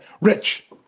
Rich